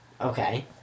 Okay